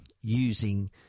using